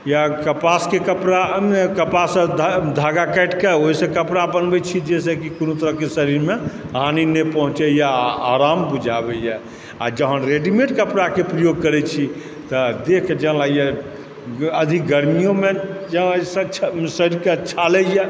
या कपासके कपड़ा अन्य कपासक धागा काटिकेँ ओहिसँ कपड़ा बनबैत छी जहिसँ कि कोनो तरहकेँ शरीरमे हानि नहि पहुँचैए आराम बुझाबैए आ जखन रेडिमेड कपडाकेँ प्रयोग करैत छी तऽ देहकेँ जरयए अधिक गर्मीयोमे जेना शरीरके छालयए